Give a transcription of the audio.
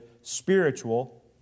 spiritual